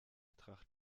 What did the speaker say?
tracht